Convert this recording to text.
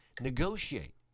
negotiate